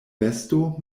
vesto